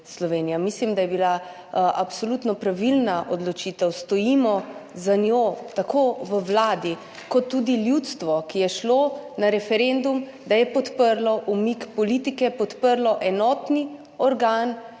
Mislim, da je bila odločitev absolutno pravilna, stojimo za njo tako v Vladi kot tudi ljudstvo, ki je šlo na referendum, da je podprlo umik politike, podprlo enotni organ, Svet